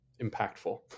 impactful